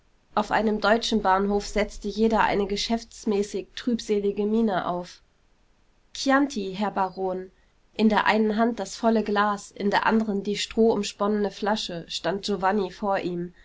auf einem deutschen bahnhof setzte jeder eine geschäftsmäßigtrübselige miene auf chianti herr baron in der einen hand das volle glas in der anderen die strohumsponnene flasche stand giovanni vor ihm